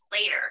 later